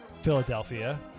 Philadelphia